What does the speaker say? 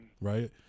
right